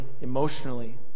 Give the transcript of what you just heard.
emotionally